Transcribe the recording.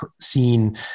seen